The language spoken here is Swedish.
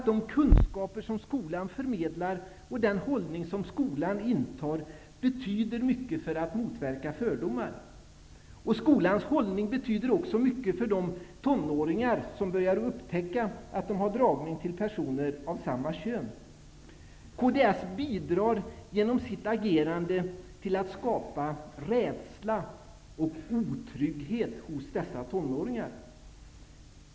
De kunskaper som skolan förmedlar och den hållning som skolan intar betyder mycket för att motverka fördomar. Skolans hållning betyder också mycket för de tonåringar som börjar upptäcka att de har dragning till personer av samma kön. Genom sitt agerande bidrar kds till att skapa rädsla och otrygghet hos dessa tonåringar.